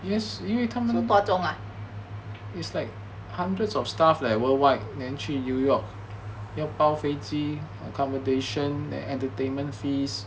so dua zhong ah